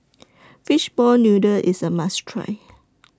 Fishball Noodle IS A must Try